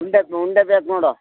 ಉಂಡೆ ಉಂಡೆ ಬೇಕು ನೋಡು